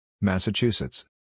Massachusetts